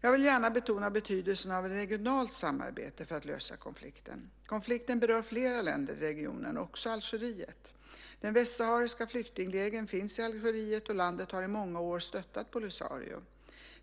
Jag vill gärna betona betydelsen av regionalt samarbete för att lösa konflikten. Konflikten berör flera länder i regionen, också Algeriet. De västsahariska flyktinglägren finns i Algeriet och landet har i många år stöttat Polisario.